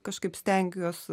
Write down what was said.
kažkaip stengiuos